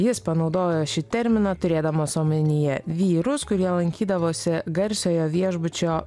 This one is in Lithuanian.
jis panaudojo šį terminą turėdamas omenyje vyrus kurie lankydavosi garsiojo viešbučio